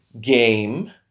game